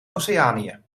oceanië